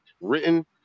written